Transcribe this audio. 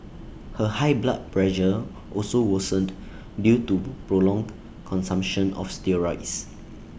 her high blood pressure also worsened due to prolonged consumption of steroids